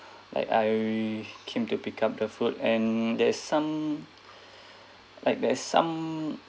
like I came to pick up the food and there's some like there's some